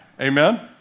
Amen